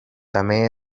també